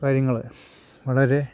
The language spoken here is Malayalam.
കാര്യങ്ങൾ വളരെ